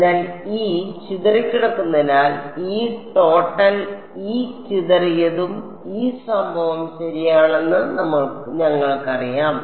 അതിനാൽ E ചിതറിക്കിടക്കുന്നതിനാൽ E total E ചിതറിയതും E സംഭവം ശരിയാണെന്ന് ഞങ്ങൾക്കറിയാം